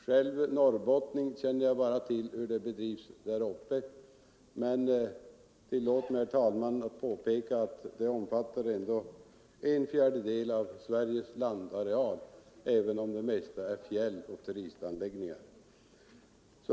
Själv norrbottning känner jag bara till hur det bedrivs där, men tillåt mig, herr talman, påpeka att Norrbotten omfattar en fjärdedel av Sveriges landareal — även om det mesta är fjäll och turistanläggningar.